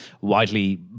widely